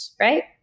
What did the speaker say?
right